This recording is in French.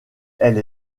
elle